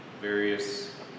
various